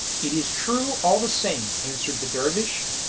it is true all the same, answered the dervish,